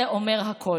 זה אומר הכול.